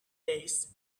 days